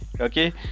Okay